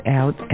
out